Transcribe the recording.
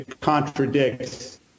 contradicts